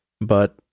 but-